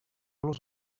los